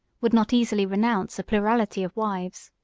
would not easily renounce a plurality of wives.